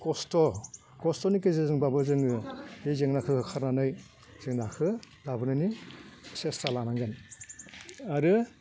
खस्थ' खस्थ'नि गेजेरजोंबाबो जोङो बे जेंनाखौ होखारनानै जों नाखौ लाबोनायनि सेसथा लानांगोन आरो